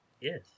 Yes